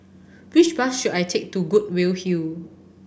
which bus should I take to Goodwood Hill